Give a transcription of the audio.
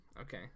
Okay